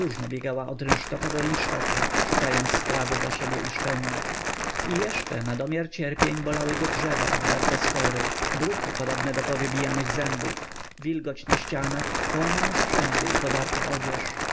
napróżno biegała od rynsztoka do rynsztoka szukając strawy dla siebie i szczeniąt i jeszcze na domiar cierpień bolały go drzewa obdarte z kory bruki podobne do powybijanych zębów wilgoć na ścianach połamane sprzęty i podarta odzież